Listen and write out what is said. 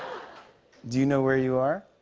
do you know where you are?